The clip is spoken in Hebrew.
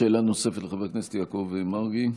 שאלה נוספת, לחבר הכנסת יעקב מרגי.